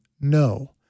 no